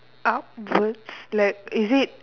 upwards left is it